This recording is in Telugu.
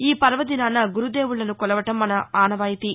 ఈ పర్వదినాన గురుదేవుళ్ళను కొలవడం మన ఆసవాయితీ